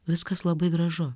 viskas labai gražu